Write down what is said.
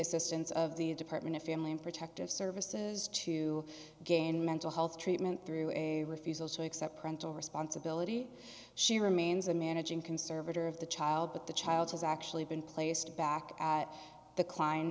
assistance of the department of family and protective services to gain mental health treatment through a refusal to accept parental responsibility she remains a managing conservator of the child but the child has actually been placed back at the